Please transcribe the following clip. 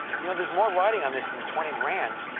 you know, there's more riding on this than the twenty grand.